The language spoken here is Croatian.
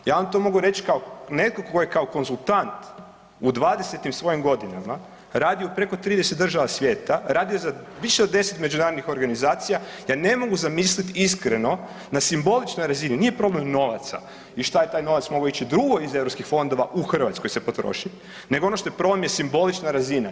Ja vam to mogu reći kao netko tko je kao konzultant u 20-tim svojim godinama radio s preko 30 država svijeta, radio za više od 10 međunarodnih organizacija, ja ne mogu zamislit iskreno na simboličnoj razini, nije problem novaca i šta je taj novac mogao ići drugo iz Europskih fondova u Hrvatskoj se potrošio, nego ono što je problem je simbolična razina.